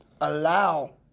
allow